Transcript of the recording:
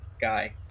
guy